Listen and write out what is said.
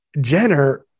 Jenner